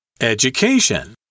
Education